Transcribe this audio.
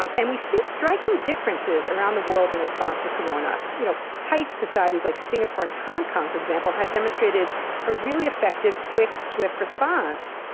um and we see striking differences around the world the response to corona. you know, tight societies, like singapore and hong kong, for example, have demonstrated a really effective, quick, swift response.